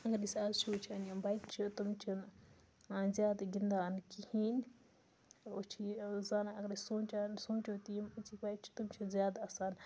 اَگَر أسۍ آز چھِ وٕچھان یِم بَچہٕ چھِ تِم چھِنہٕ زیادٕ گِنٛدان کِہیٖنۍ أسۍ چھِ یہِ زانان اَگَر أسۍ سونٛچان سونٚچو تہِ یِم أزِکۍ بَچہٕ تِم چھِنہٕ زیادٕ آسان